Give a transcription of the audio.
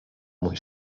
mój